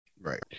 Right